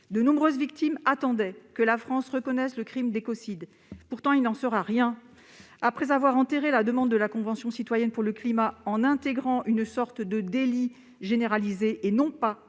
De nombreuses victimes attendaient que la France reconnaisse le crime d'écocide. Il n'en sera rien. Après avoir enterré la demande de la Convention citoyenne pour le climat en intégrant une sorte de délit généralisé, et non un